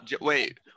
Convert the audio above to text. Wait